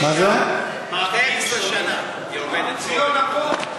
12 שנה היא עובדת פה.